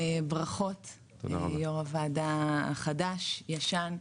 ברכות ליו"ר הוועדה החדש, ישן.